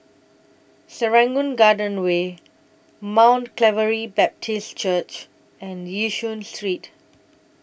Serangoon Garden Way Mount Calvary Baptist Church and Yishun Street